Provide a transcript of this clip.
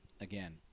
again